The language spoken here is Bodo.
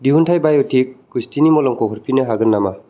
दिहुनथाइ बाय'टिक गुस्थिनि मलमखौ हरफिन्नो हागोन नामा